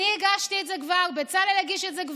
אני כבר הגשתי את זה, בצלאל כבר הגיש את זה.